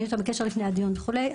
הם היו איתנו בקשר לפני הדיון וכו'.